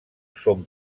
son